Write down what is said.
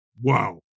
Wow